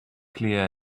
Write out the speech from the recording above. clear